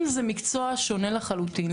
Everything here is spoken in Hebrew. אם זה מקצוע שונה לחלוטין,